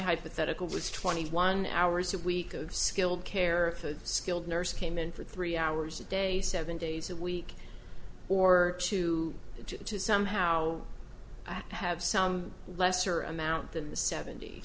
hypothetical was twenty one hours a week of skilled care or if a skilled nurse came in for three hours a day seven days a week or two to somehow have some lesser amount than the seventy